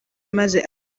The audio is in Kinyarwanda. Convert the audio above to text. maze